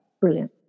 Brilliant